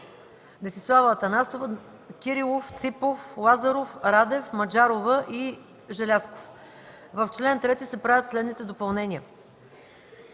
Цачева, Атанасова, Кирилов, Ципов, Лазаров, Радев, Маджарова и Желязков – в чл. 4 се правят следните изменения: